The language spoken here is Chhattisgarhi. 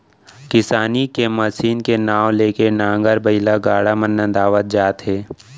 किसानी के मसीन के नांव ले के नांगर, बइला, गाड़ा मन नंदावत जात हे